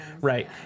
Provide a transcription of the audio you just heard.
right